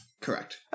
Correct